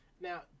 Now